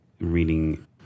reading